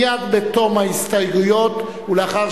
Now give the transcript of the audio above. מייד בתום ההסתייגויות ולאחר